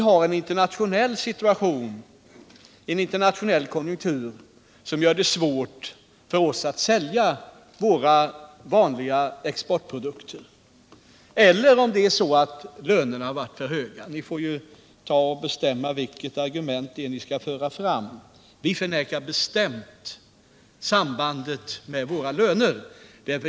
Har vi en internationell konjunktur som gör det svårt för oss att sälja våra vanliga exportprodukter — eller har lönerna varit för höga? Ni får bestämma vilket argument ni skall föra fram, vi förnekar bestämt sambandet med våra löner.